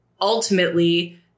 ultimately